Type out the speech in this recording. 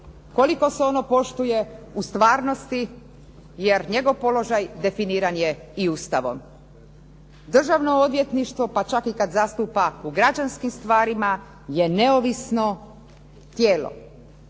koliko se ono poštuje u stvarnosti jer njegov položaj definiran je i Ustavom. Državno odvjetništvo pa čak i kad zastupa u građanskim stvarima je neovisno tijelo.